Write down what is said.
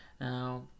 Now